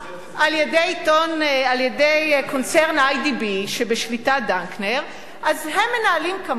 על-ידי קונצרן "איי.די.בי" שבשליטת דנקנר הם מנהלים קמפיין,